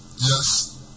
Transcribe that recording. Yes